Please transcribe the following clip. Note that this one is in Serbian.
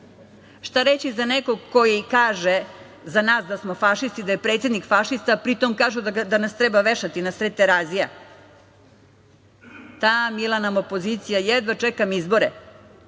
Šta reći za nekog koji kaže za nas da smo fašisti, da je predsednik fašista, a pritom kažu da nas treba vešati na sred Terazija. Ta mila nam opozicija, jedva čekam izbore,